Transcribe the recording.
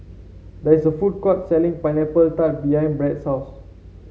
there is a food court selling Pineapple Tart behind Brad's house